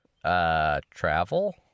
travel